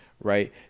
right